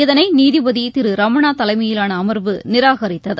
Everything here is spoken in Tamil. இதனை நீதிபதி திரு ரமணா தலைமையிலான அமர்வு நிராகரித்தது